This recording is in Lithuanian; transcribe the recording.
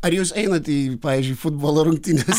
ar jūs einate į pavyzdžiui futbolo rungtynes